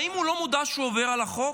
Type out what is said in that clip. האם הוא לא מודע לכך שהוא עובר על החוק?